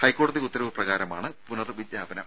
ഹൈക്കോടതി ഉത്തരവ് പ്രകാരമാണ് പുനർ വിജ്ഞാപനം